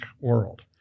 world